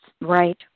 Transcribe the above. right